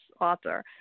author